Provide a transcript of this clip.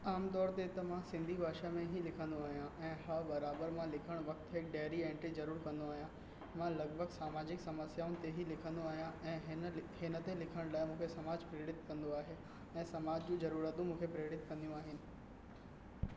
आम तौर ते त मां सिंधी भाषा में ही लिखंदो आहियां ऐं हा बराबरि मां लिखण वक़्त हिकु डेरी एंटरी ज़रूरु कंदो आहियां मां लॻभॻि सामाजिक समस्याउनि ते ई लिखंदो आहियां ऐं हिन हिन ते लिखण लाइ मूंखे समाज प्रेरित कंदो आहे ऐं समाज जूं जरूरतूं मुखे प्रेरित कंदियूं आहिनि